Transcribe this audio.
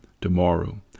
tomorrow